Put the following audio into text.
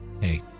hey